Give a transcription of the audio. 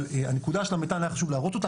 אבל הנקודה של המתאן היה חשוב להראות אותה,